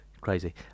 Crazy